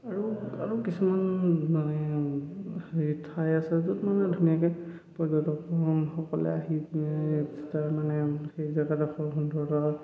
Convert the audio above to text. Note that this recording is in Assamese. আৰু আৰু কিছুমান মানে হেৰি ঠাই আছে য'ত মানে ধুনীয়াকে পৰ্যটকসকলে আহি তাৰ মানে সেই